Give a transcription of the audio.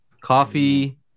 Coffee